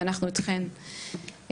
ואנחנו אתכן,